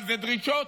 אבל בדרישות,